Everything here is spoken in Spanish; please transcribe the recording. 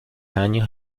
años